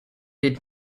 did